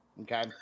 Okay